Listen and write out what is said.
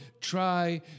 try